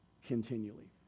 continually